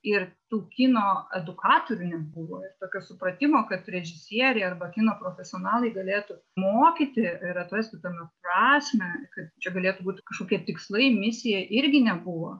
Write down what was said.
ir tų kino edukatorių nebuvo ir tokio supratimo kad režisieriai arba kino profesionalai galėtų mokyti ir atrasti tame prasmę kad čia galėtų būti kažkokie tikslai misija irgi nebuvo